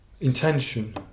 intention